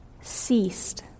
ceased